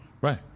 right